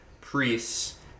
priests